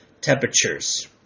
temperatures